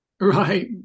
Right